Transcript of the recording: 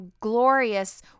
glorious